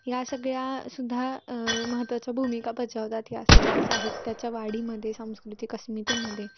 या सगळ्या सुद्धा महत्त्वाच्या भूमिका बजावतात या सगळ्या साहित्याच्या वाडीमध्ये सांस्कृतिक अस्मितेमध्ये